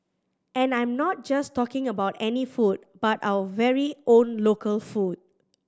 and I'm not just talking about any food but our very own local food